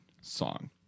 song